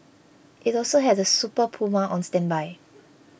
it also had a Super Puma on standby